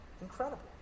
Incredible